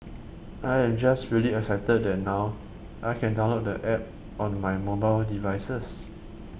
I am just really excited that now I can download the app on my mobile devices